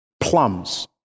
plums